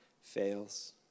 fails